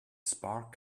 spark